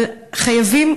אבל חייבים,